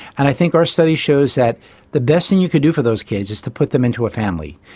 and i think our study shows that the best thing you can do for those kids is to put them into a family.